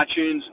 iTunes